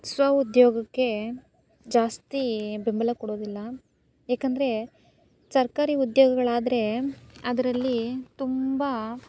ಸ್ವ ಉದ್ಯೋಗಕ್ಕೆ ಜಾಸ್ತಿ ಬೆಂಬಲ ಕೊಡೋದಿಲ್ಲ ಏಕೆಂದ್ರೆ ಸರ್ಕಾರಿ ಉದ್ಯೋಗಗಳಾದರೆ ಅದರಲ್ಲಿ ತುಂಬ